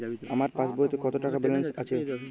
আমার পাসবইতে কত টাকা ব্যালান্স আছে?